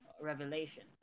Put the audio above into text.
revelation